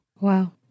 Wow